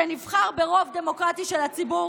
שנבחר ברוב דמוקרטי של הציבור?